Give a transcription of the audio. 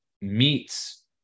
meets